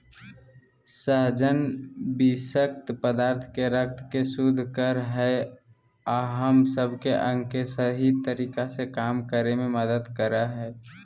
सहजन विशक्त पदार्थ के रक्त के शुद्ध कर हइ अ हम सब के अंग के सही तरीका से काम करे में मदद कर हइ